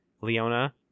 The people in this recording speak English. Leona